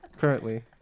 currently